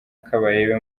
kabarebe